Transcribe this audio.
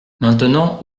maintenant